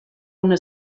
una